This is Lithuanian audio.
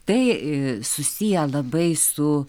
tai e susiję labai su